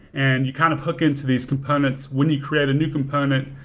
and you kind of hook into these components. when you create a new component,